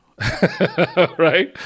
right